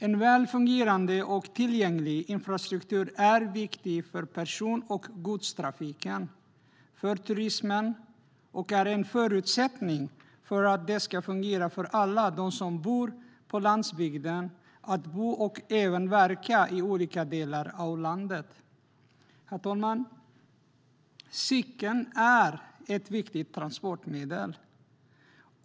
En väl fungerande och tillgänglig infrastruktur är viktig för person och godstrafiken, för turismen och är en förutsättning för att det ska fungera för alla som bor på landsbygden att bo och även verka i olika delar av landet. Herr talman! Cykeln är ett viktigt transportmedel.